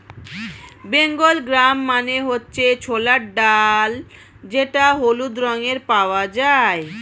Bengal gram মানে হচ্ছে ছোলার ডাল যেটা হলুদ রঙে পাওয়া যায়